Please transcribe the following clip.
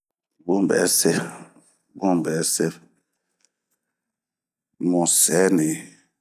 bun bɛse bun bɛse musɛni